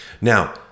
now